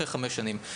אחרי חמש שנים.